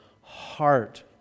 heart